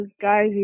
guys